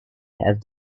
have